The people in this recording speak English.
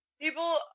people